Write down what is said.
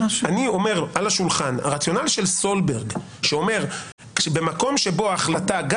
אני אומר על השולחן שהרציונל של סולברג שאומר שבמקום שבו ההחלטה גם